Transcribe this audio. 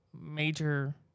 major